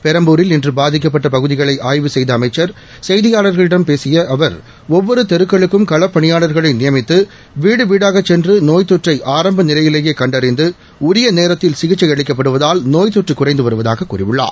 பெரம்பூரில் இன்று பாதிக்கப்பட்ட பகுதிகளை ஆய்வு செய்த பின்னர் செய்தியாளர்களிடம் பேசிய அமைச்சர் ஒவ்வொரு தெருக்குக்கும் களப்பணியாளா்களை நியமித்து வீடு வீடாகச் சென்று நோய் தொற்றை ஆரம்ப நிலையிலேயே கண்டறிந்து உரிய நேரத்தில் சிகிச்சை அளிக்கப்படுவதால் நோய் தொற்று குறைந்து வருவதாக கூறியுள்ளார்